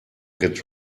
get